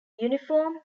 uniform